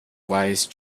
wise